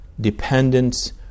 dependence